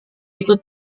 itu